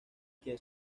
quien